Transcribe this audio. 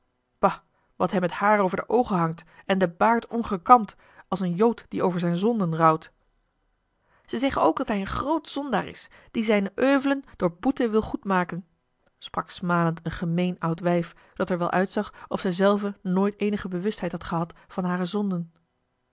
bah wat hem het haar over de oogen hangt en de baard ongekamd als een jood die over zijn zonden rouwt ze zeggen ook dat hij een groot zondaar is die zijne oevlen door boete wil goedmaken sprak smalend een gemeen oud wijf dat er wel uitzag of zij zelve nooit eenige bewustheid had gehad van hare zonden